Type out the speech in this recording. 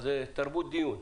תרבות דיון.